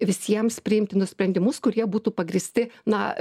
visiems priimtinus sprendimus kurie būtų pagrįsti na